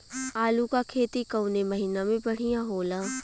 आलू क खेती कवने महीना में बढ़ियां होला?